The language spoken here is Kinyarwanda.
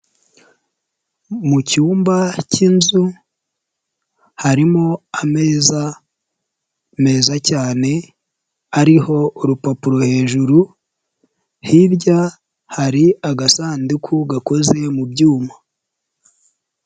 Mu cyumba k'inzu harimo ameza meza cyane ariho urupapuro hejuru, hirya hari agasanduku gakoze mu byuma.